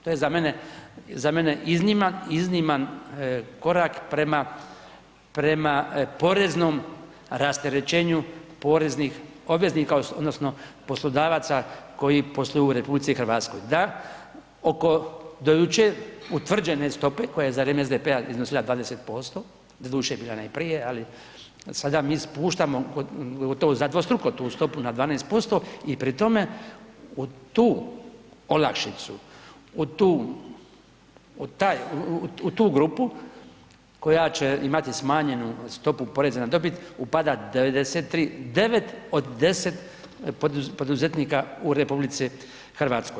To je za mene izniman korak prema poreznom rasterećenju poreznih obveznika odnosno poslodavaca koji posluju u RH da oko do jučer utvrđene stope koja je za vrijeme SDP-a iznosila 20%, doduše bila je ona i prije, ali sada mi spuštamo za dvostruko tu stopu na 12% i pri tome u tu olakšicu, u taj, u tu grupu koja će imati smanjenu stopu poreza na dobit upada 93, 9 od 10 poduzetnika u RH.